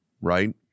right